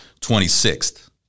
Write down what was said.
26th